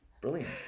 Brilliant